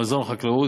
מזון וחקלאות,